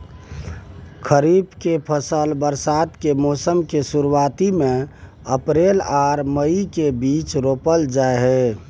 खरीफ के फसल बरसात के मौसम के शुरुआती में अप्रैल आर मई के बीच रोपल जाय हय